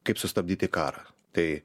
kaip sustabdyti karą tai